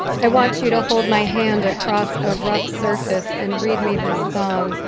i want you to hold my hand across a rough surface and read me this song,